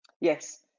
Yes